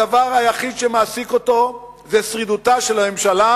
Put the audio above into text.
הדבר היחיד שמעסיק אותו הוא שרידותה של הממשלה,